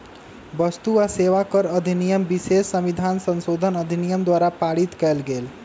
वस्तु आ सेवा कर अधिनियम विशेष संविधान संशोधन अधिनियम द्वारा पारित कएल गेल